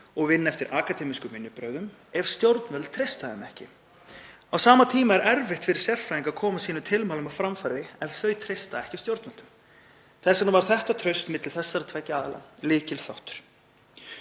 og vinna eftir akademískum vinnubrögðum ef stjórnvöld treysta þeim ekki. Á sama tíma er erfitt fyrir sérfræðinga að koma sínum tilmælum á framfæri ef þau treysta ekki stjórnvöldum. Þess vegna var þetta traust milli þessara tveggja aðila lykilþáttur.